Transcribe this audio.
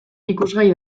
ikusgai